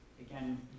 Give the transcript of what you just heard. again